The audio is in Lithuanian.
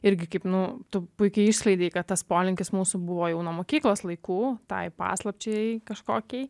irgi kaip nu tu puikiai išskleidei kad tas polinkis mūsų buvo jau nuo mokyklos laikų tai paslapčiai kažkokiai